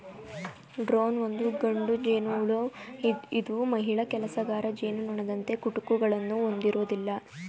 drone ಒಂದು ಗಂಡು ಜೇನುಹುಳು ಇದು ಮಹಿಳಾ ಕೆಲಸಗಾರ ಜೇನುನೊಣದಂತೆ ಕುಟುಕುಗಳನ್ನು ಹೊಂದಿರೋದಿಲ್ಲ